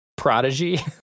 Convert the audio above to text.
prodigy